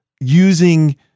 using